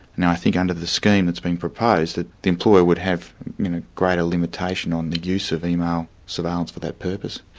and i think under the scheme that's been proposed, that the employer would have greater limitation on the use of email surveillance for that purpose.